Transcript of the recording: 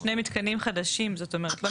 שני מתקנים חדשים כאילו.